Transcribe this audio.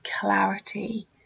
clarity